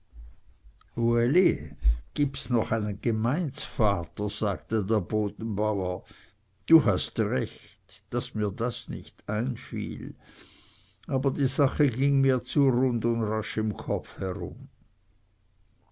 gibst noch einen gemeindsvater sagte der bodenbauer du hast recht daß mir dies nicht einfiel aber die sache ging mir zu rund und rasch im kopf herum